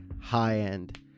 high-end